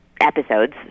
episodes